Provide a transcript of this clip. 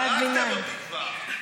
הרגתם אותי כבר.